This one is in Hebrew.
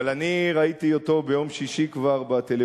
אבל אני ראיתי אותו כבר ביום שישי בטלוויזיה,